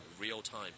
real-time